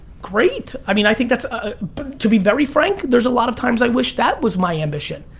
great. i mean, i think that's, ah to be very frank, there's a lot of times i wish that was my ambition.